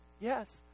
yes